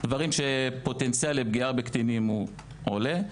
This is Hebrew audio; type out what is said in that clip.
מועדים שהפוטנציאל לפגיעה בקטינים עולה,